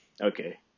Okay